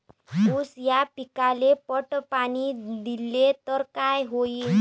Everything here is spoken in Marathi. ऊस या पिकाले पट पाणी देल्ल तर काय होईन?